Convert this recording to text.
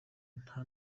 nta